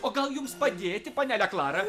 o gal jums padėti panele klara